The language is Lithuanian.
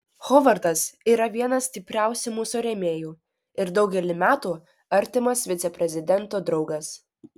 hovardas yra vienas stipriausių mūsų rėmėjų ir daugelį metų artimas viceprezidento draugas